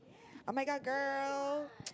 oh-my-god girl